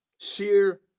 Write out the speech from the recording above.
Sheer